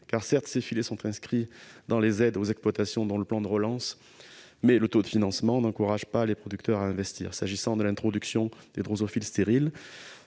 Certes, ces filets sont inscrits parmi les aides aux exploitations dans le plan de relance, mais le taux de financement n'encourage pas les producteurs à investir. En ce qui concerne l'introduction de drosophiles stériles,